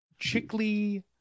Chickley